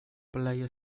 playa